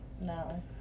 no